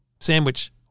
sandwich